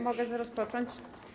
Mogę rozpocząć?